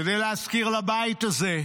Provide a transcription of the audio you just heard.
כדי להזכיר לבית הזה: